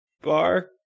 bar